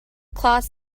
class